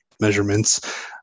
measurements